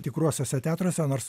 tikruosiuose teatruose nors